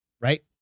Right